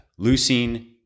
leucine